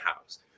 house